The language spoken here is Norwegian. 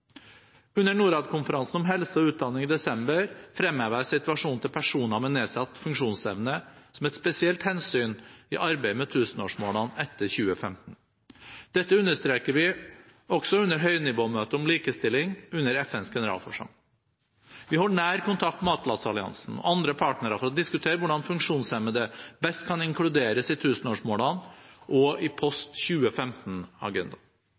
Under Norad-konferansen om helse og utdanning i desember fremhevet jeg situasjonen til personer med nedsatt funksjonsevne som et spesielt hensyn i arbeidet med tusenårsmålene etter 2015. Dette understreket vi også under høynivåmøtet om likestilling under FNs generalforsamling. Vi har nær kontakt med Atlas-alliansen og andre partnere for å diskutere hvordan funksjonshemmede best kan inkluderes i tusenårsmålene og i